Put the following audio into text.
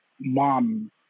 mom